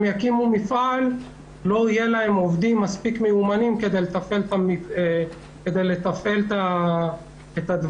יקימו מפעל לא יהיו להם עובדים מספיק מיומנים כדי לתפעל את הדברים.